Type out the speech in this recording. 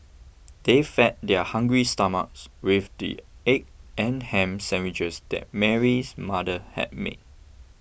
they fed their hungry stomachs with the egg and ham sandwiches that Mary's mother had made